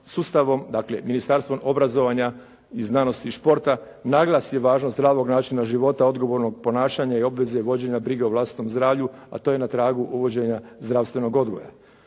sustavom, dakle Ministarstvo obrazovanja, znanosti i športa naglasi važnost zdravog načina života, odgovornog ponašanja i obveze vođenja brige o vlastitom zdravlju, a to je na tragu uvođenja zdravstvenog odgoja.